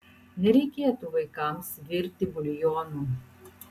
nereikėtų vaikams virti buljonų